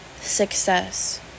success